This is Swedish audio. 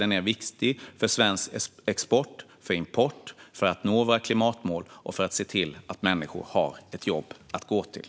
Den är viktig för svensk export och import, för att nå våra klimatmål och för att se till att människor har ett jobb att gå till.